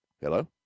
Hello